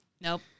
Nope